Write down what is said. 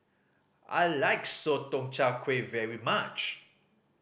I like Sotong Char Kway very much